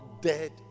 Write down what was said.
dead